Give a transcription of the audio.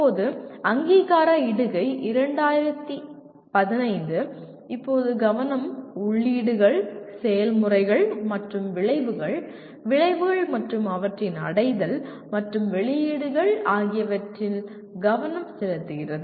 இப்போது அங்கீகார இடுகை 2015 இப்போது கவனம் உள்ளீடுகள் செயல்முறைகள் மற்றும் விளைவுகள் விளைவுகள் மற்றும் அவற்றின் அடைதல் மற்றும் வெளியீடுகள் ஆகியவற்றில் கவனம் செலுத்துகிறது